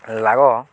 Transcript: ଲାଗ